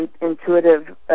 intuitive